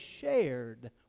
shared